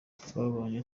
twabanye